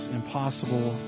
impossible